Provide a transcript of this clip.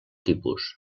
tipus